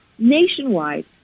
nationwide